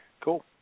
Cool